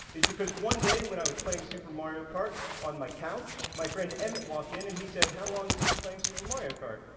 is because one day when i was playing super mario kart on my couch, my friend emmet walked in, and he said, how long have you been playing super mario kart,